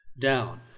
down